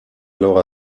alors